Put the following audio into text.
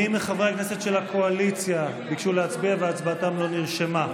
מי מחברי הכנסת של הקואליציה ביקשו להצביע והצבעתם לא נרשמה?